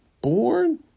born